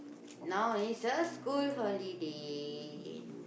now is a school holiday